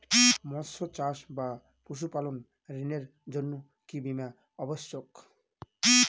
মৎস্য চাষ বা পশুপালন ঋণের জন্য কি বীমা অবশ্যক?